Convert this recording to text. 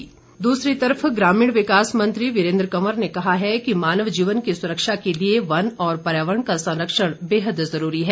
वीरेन्द्र कंवर दूसरी तरफ ग्रामीण विकास मंत्री वीरेन्द्र कंवर ने कहा है कि मानव जीवन की सुरक्षा के लिए वन और पर्यावरण का संरक्षण बेहद जरूरी है